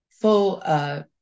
full